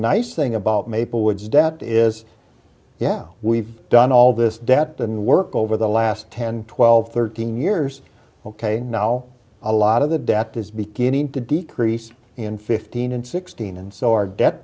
nice thing about maple woods dept is yeah we've done all this debt and work over the last ten twelve thirteen years ok now a lot of the debt is beginning to decrease in fifteen and sixteen and so our debt